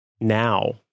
now